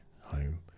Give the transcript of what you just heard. home